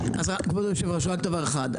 כבוד היושב ראש, רק דבר אחד: